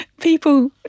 people